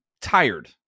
tired